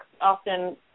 often